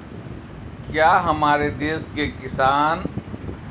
क्या हमारे देश के किसान